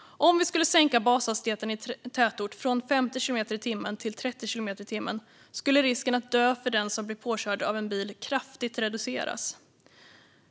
Om vi skulle sänka bashastigheten i tätort från 50 kilometer i timmen till 30 kilometer i timmen skulle risken att dö för den som blir påkörd av en bil kraftigt reduceras.